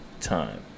time